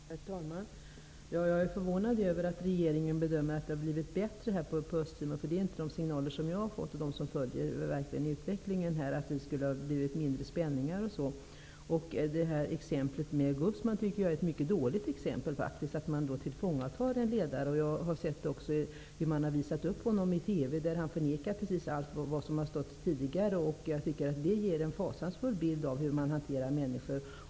Herr talman! Jag är förvånad över att regeringen bedömer att det har blivit bättre på Östtimor. Det är inte de signaler som jag och de som verkligen följer utvecklingen har fått. Statsrådet säger att det skulle ha blivit mindre spänningar. Jag tycker att exemplet med Gusmao är ett mycket dåligt exempel. Man har alltså tillfångatagit en ledare. Jag har sett hur man har visat upp honom i TV. Där förnekar han precis allt som har hävdats tidigare. Det ger en fasansfull bild av hur man hanterar människor.